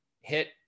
hit